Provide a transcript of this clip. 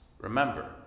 Remember